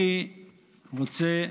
אני רוצה,